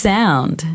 Sound